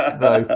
no